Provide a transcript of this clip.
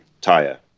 tire